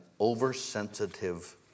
oversensitive